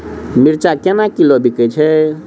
मिर्चा केना किलो बिकइ छैय?